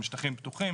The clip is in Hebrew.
גם שטחים פתוחים